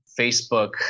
Facebook